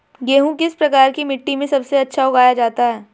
गेहूँ किस प्रकार की मिट्टी में सबसे अच्छा उगाया जाता है?